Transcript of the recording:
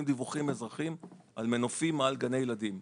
דיווחים אזרחיים על מנופים על גני ילדים.